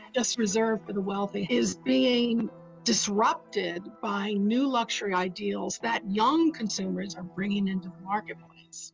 just reserved for the wealthy, is being disrupted by new luxury ideals that young consumers are bringing into the marketplace.